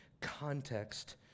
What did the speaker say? context